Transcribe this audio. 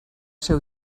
ser